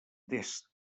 tests